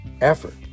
effort